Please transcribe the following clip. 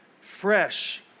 fresh